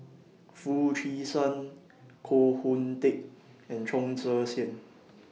Foo Chee San Koh Hoon Teck and Chong Tze Chien